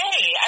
Hey